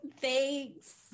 Thanks